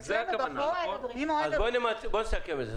אז בואו נסכם את זה.